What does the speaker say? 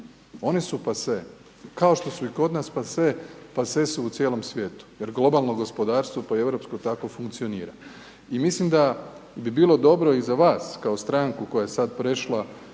One su passe. Kao što su i kod nas passe, passe su u cijelom svijetu jer globalno gospodarstvo po europsko tako funkcionira. I mislim da bi bilo dobro i za vas kao stranku koja je sad prešla